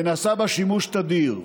ונעשה בה שימוש תדיר.